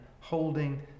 holding